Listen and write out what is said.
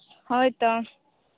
ᱦᱳᱭᱛᱳ